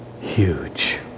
huge